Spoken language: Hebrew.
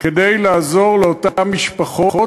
כדי לעזור לאותן משפחות.